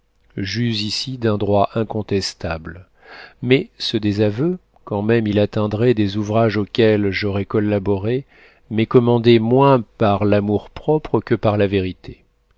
j'use ici d'un droit incontestable mais ce désaveu quand même il atteindrait des ouvrages auxquels j'aurais collaboré m'est commandé moins par l'amour-propre que par la vérité